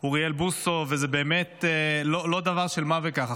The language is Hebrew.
אוריאל בוסו, וזה באמת לא דבר של מה בכך.